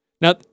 Now